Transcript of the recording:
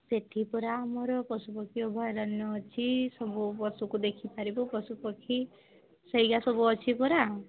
ସେଇଠି ପରା ଆମର ପଶୁପକ୍ଷୀ ଅଭୟାରଣ୍ୟ ଅଛି ସବୁ ପଶୁକୁ ଦେଖିପାରିବୁ ପଶୁପକ୍ଷୀ ସେଇଗା ସବୁ ଅଛି ପରା